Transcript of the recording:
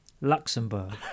luxembourg